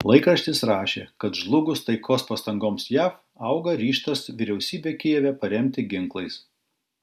laikraštis rašė kad žlugus taikos pastangoms jav auga ryžtas vyriausybę kijeve paremti ginklais